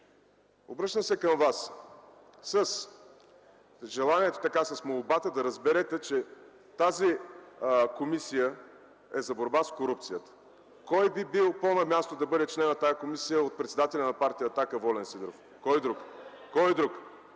обръщам се към вас с желанието, с молбата да разберете, че тази комисия е за борба с корупцията – кой би бил пó на място да бъде член на тази комисия от председателя на Партия „Атака” – Волен Сидеров?! Кой друг?